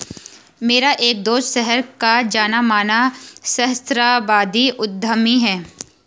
मेरा एक दोस्त शहर का जाना माना सहस्त्राब्दी उद्यमी है